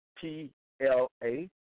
P-L-A